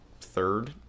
third